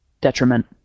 detriment